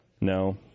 No